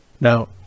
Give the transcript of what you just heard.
now